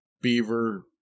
Beaver